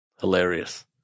Hilarious